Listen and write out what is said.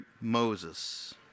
Moses